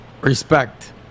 Respect